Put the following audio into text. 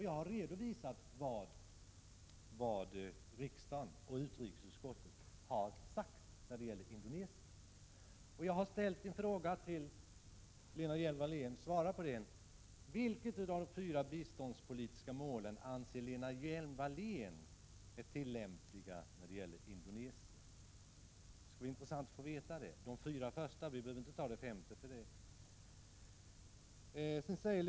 Jag har redovisat vad riksdagen och utrikesutskottet har sagt om Indonesien. Jag har ställt en fråga till Lena Hjelm-Wallén, svara på den: Vilket av de fyra — alltså de fyra första målen, vi behöver inte ta upp det femte — biståndspolitiska målen anser Lena Hjelm-Wallén vara tillämpligt för Indonesien? Det skulle vara intressant att få veta det.